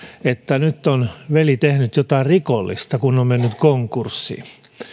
että nyt on veli tehnyt jotain rikollista kun on mennyt konkurssiin